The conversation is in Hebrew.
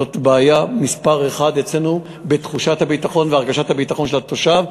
זאת בעיה מספר אחת אצלנו בתחושת הביטחון והרגשת הביטחון של התושב.